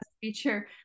feature